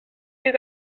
you